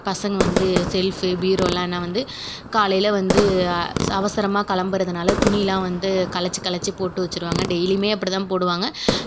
பசங்கள் வந்து ஷெல்ப்பு பீரோயெலாம் நான் வந்து காலையில வந்து அவசரமாக கிளம்புறதனால வந்து கலைச்சி கலைச்சி போட்டு வச்சுருவாங்க டெய்லியுமே அப்படிதான் போடுவாங்க